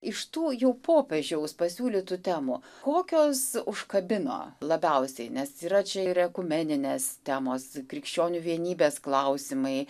iš tų jau popiežiaus pasiūlytų temų kokios užkabino labiausiai nes yra čia ir ekumeninės temos krikščionių vienybės klausimai